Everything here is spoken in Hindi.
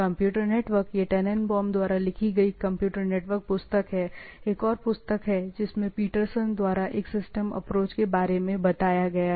कंप्यूटर नेटवर्क यह टेनेनबॉम द्वारा लिखी गई कंप्यूटर नेटवर्क पुस्तक है एक और पुस्तक है जिसमें पीटरसन द्वारा एक सिस्टम अप्रोच के बारे में बताया गया है